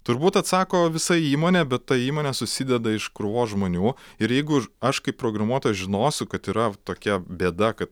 turbūt atsako visa įmonė bet ta įmonė susideda iš krūvos žmonių ir jeigu aš kaip programuotas žinosiu kad yra tokia bėda kad